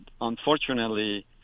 unfortunately